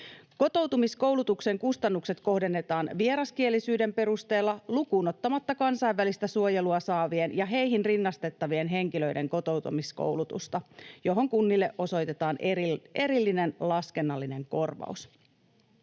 Kotoutumiskoulutuksen kustannukset kohdennetaan vieraskielisyyden perusteella lukuun ottamatta kansainvälistä suojelua saavien ja heihin rinnastettavien henkilöiden kotoutumiskoulutusta, johon kunnille osoitetaan erillinen laskennallinen korvaus.